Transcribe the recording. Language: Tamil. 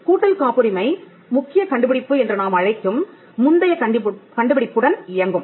கூட்டல் காப்புரிமை முக்கிய கண்டுபிடிப்பு என்று நாம் அழைக்கும் முந்தைய கண்டுபிடிப்புடன் இயங்கும்